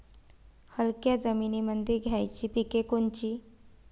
हलक्या जमीनीमंदी घ्यायची पिके कोनची?